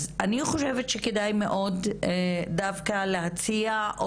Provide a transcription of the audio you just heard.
אז אני חושבת שכדאי מאוד דווקא להציע,